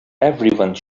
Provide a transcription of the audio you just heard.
everyone